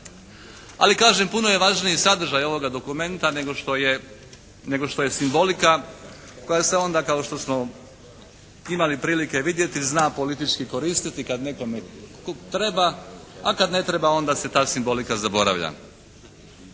Ali kažem puno je važniji sadržaj ovoga dokumenta nego što je, nego što je simbolika koja se onda kao što smo imali prilike vidjeti zna politički koristiti kad nekome treba, a kad ne treba onda se ta simbolika zaboravlja.